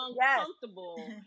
uncomfortable